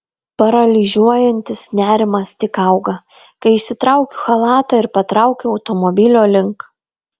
paralyžiuojantis nerimas tik auga kai išsitraukiu chalatą ir patraukiu automobilio link